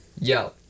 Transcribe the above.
Yo